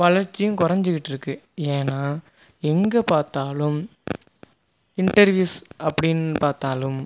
வளர்ச்சியும் குறஞ்சிகிட்ருக்கு ஏனால் எங்கே பார்த்தாலும் இன்டர்வ்யூஸ் அப்படின் பார்த்தாலும்